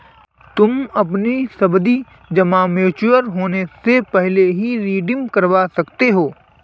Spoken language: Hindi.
तुम अपनी सावधि जमा मैच्योर होने से पहले भी रिडीम करवा सकते हो